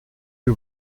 que